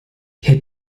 herr